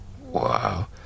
wow